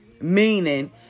Meaning